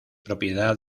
propiedad